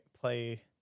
play